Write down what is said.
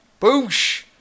Boosh